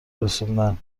رسوندن